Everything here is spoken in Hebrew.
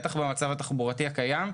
בטח לא במצב התחבורתי הקיים,